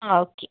ആ ഓക്കെ